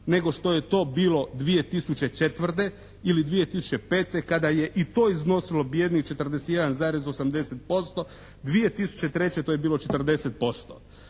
nego što je to bilo 2004. ili 2005. kada je i to iznosilo bijednih 41,80%, 2003. to je bilo 40%